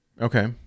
Okay